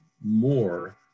more